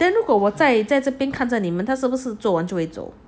then 如果我再再一直看着你们是不是做完就会走